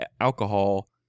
alcohol